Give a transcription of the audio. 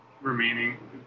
remaining